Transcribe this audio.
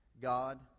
god